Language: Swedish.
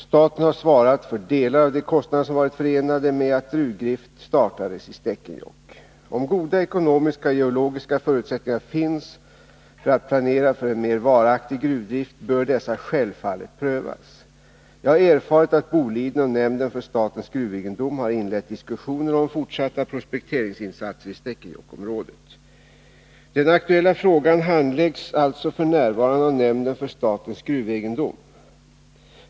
Staten har svarat för delar av de kostnader som varit förenade med att gruvdrift startades i Stekenjokk. Om goda ekonomiska och geologiska förutsättningar finns för att planera för en mer varaktig gruvdrift bör dessa självfallet prövas. Jag har erfarit att Boliden och nämnden för statens gruvegendom har inlett diskussioner om fortsatta prospekteringsinsatser i Stekenjokkområdet. Den aktuella frågan handläggs alltså f. n. av nämnden för statens gruvegendom.